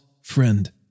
friend